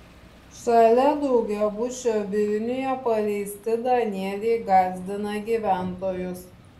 šalia daugiabučio vilniuje paleisti danieliai gąsdina gyventojus